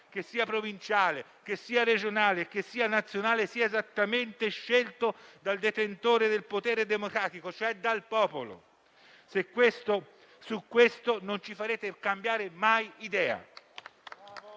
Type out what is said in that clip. provinciale, regionale o nazionale) sia esattamente scelto dal detentore del potere democratico, cioè dal popolo: su questo non ci farete cambiare mai